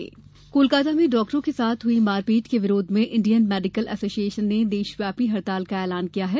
doctor हड़ताल कोलकाता में डॉक्टरों के साथ हुई मारपीट के विरोध में इंडियन मेडिकल एसोसिएशन ने देशव्यापी हड़ताल का ऐलान किया है